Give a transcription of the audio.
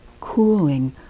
cooling